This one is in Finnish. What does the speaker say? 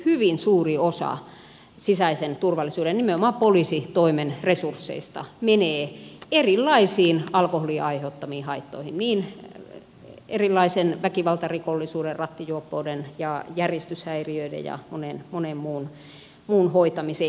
hyvin suuri osa sisäisen turvallisuuden nimenomaan poliisitoimen resursseista menee erilaisiin alkoholin aiheuttamiin haittoihin niin kaikenlaisen väkivaltarikollisuuden kuin rattijuoppouden järjestyshäiriöiden ja monen muun hoitamiseen